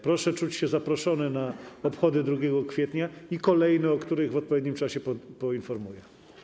Proszę czuć się zaproszonym na obchody 2 kwietnia i kolejne, o których w odpowiednim czasie poinformuję.